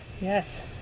yes